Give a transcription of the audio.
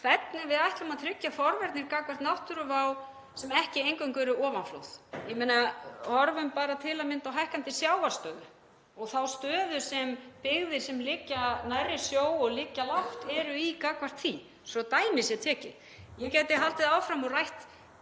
hvernig við ætlum að tryggja forvarnir gagnvart náttúruvá sem ekki er eingöngu ofanflóð. Horfum til að mynda á hækkandi sjávarstöðu og þá stöðu sem byggðir sem liggja nærri sjó og liggja lágt eru í gagnvart því, svo dæmi sé tekið. Ég gæti haldið áfram og rætt